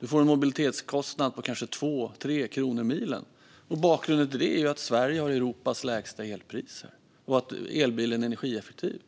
Man får en mobilitetskostnad på kanske 2 eller 3 kronor per mil. Bakgrunden till det är att Sverige har Europas lägsta elpriser och att elbilen är energieffektiv.